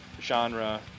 genre